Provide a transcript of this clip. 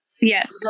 Yes